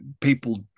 people